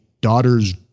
daughters